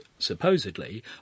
supposedly